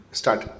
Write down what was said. start